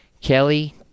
Kelly